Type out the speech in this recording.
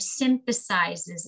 synthesizes